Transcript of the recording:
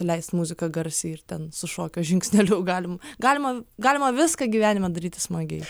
leist muziką garsiai ir ten su šokio žingsneliu galim galima galima viską gyvenime daryti smagiai